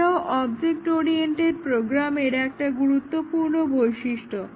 এটাও object oriented প্রোগ্রামের একটা গুরুত্বপূর্ণ বৈশিষ্ট্য